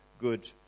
good